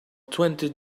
twenty